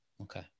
okay